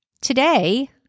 Today